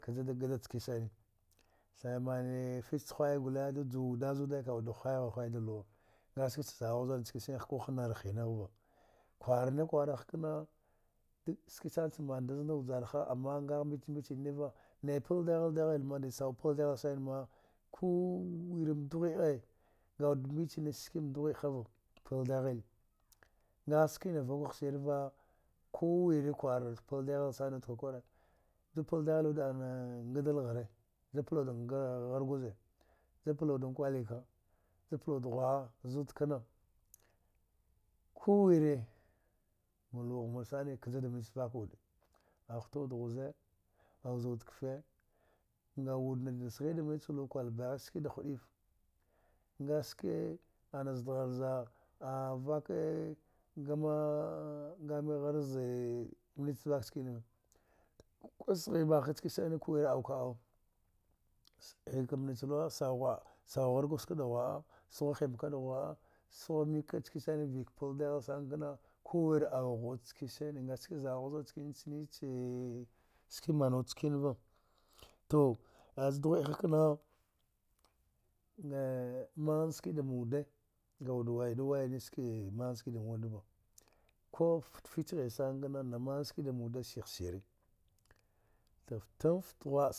Za wude gada cikin sana, thaya manie fici hwaya, da juwa wude, ka hwayar hwaya da luwa, ski ca za du zida nickene ko hamar hiniva. Kwara na kwara ken duk skii sana ca mnada, azida vjaraha amna a mbic bic neva, nay pla dahal, dahal, ma, da sau pla dahal, sana ma ku wire ma dughwede, a wude mbicine ski ma dughwede, a wude mbicine ski ma dughwedegha va, pal dehili, a sikina vkwa sire va, ku wire kwara pla dehali sana ” to kwa kura, pla dehali wude g ngadla hire ju pla wuda hargwaza, to wude kwali ka, to pla wude zuda kena, ku wire ma luwa mur shine kaja da mine ca vka wuda, a hutu da ghwza, a wuza da kfe, a wude na da sihi mine ce luwa kur bagharaiva, ski da nɗuɗi. A ski a zdra, zaavka, a gamahara za ne ca vka nickeneva. ku sihi mahava nicken sana, ku wire uwa uwa sihika luwa sau hargwaza, da ghwa'a, saugha him be da ghwa'a, saugha mahaka nickene sana vka pla dihali sana kena, ka wire uwha nickene sana, a ski zadu zida cine nice ski mana wuda nickeneva. To za dughwedeha kena, a mna ski da ba wuda, a wuda wasda way nicke mna ski da wuda va ko fte hine ghena sana kene na mna ski da wuda sihi sire to ote ghwa'a